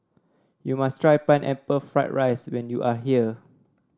you must try Pineapple Fried Rice when you are here